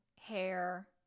hair